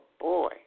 boy